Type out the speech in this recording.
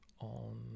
on